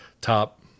top